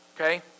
okay